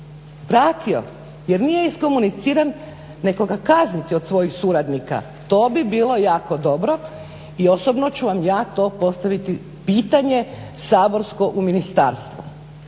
vratio jer nije iskomuniciran nekoga kazniti od svojih suradnika? To bi bilo jako dobro, i osobno ću vam ja to postaviti pitanje, saborsko u ministarstvu.